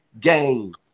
game